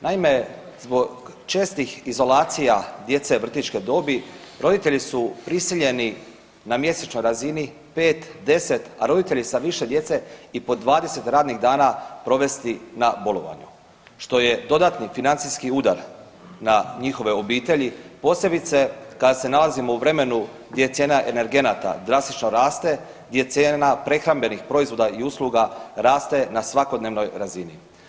Naime, zbog čestih izolacija djece vrtićke dobi roditelji su prisiljeni na mjesečnoj razini 5, 10, a roditelji sa više djece i po 20 radnih dana provesti na bolovanju što je dodatni financijski udar na njihove obitelji posebice kada se nalazimo u vremenu gdje cijena energenata drastično raste, gdje cijena prehrambenih proizvoda i usluga raste na svakodnevnoj razini.